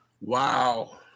Wow